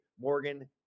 Morgan